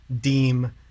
deem